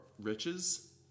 riches